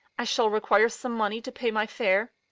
i shall require some money to pay my fare.